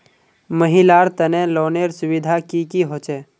महिलार तने लोनेर सुविधा की की होचे?